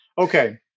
Okay